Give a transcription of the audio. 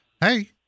Hey